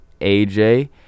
AJ